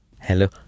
Hello